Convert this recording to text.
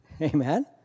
Amen